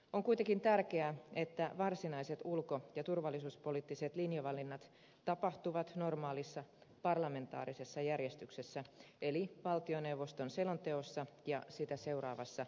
on kuitenkin tärkeää että varsinaiset ulko ja turvallisuuspoliittiset linjavalinnat tapahtuvat normaalissa parlamentaarisessa järjestyksessä eli valtioneuvoston selonteossa ja sitä seuraavassa eduskuntakäsittelyssä